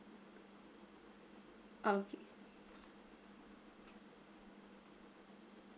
okay